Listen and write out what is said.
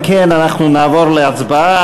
אם כן, אנחנו נעבור להצבעה.